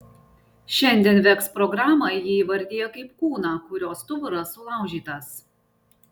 šiandien veks programą ji įvardija kaip kūną kurio stuburas sulaužytas